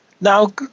now